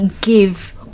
give